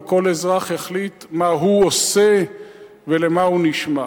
וכל אזרח יחליט מה הוא עושה ולמה הוא נשמע.